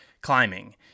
climbing